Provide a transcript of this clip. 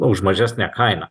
už mažesnę kainą